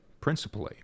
principally